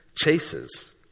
chases